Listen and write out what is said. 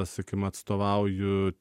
sakykim atstovauju